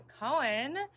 Cohen